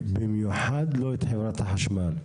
במיוחד לא את חברת החשמל.